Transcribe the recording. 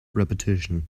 repetition